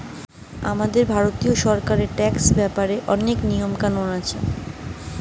আমাদের ভারতীয় সরকারের ট্যাক্স ব্যাপারে অনেক নিয়ম কানুন আছে